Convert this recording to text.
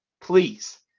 please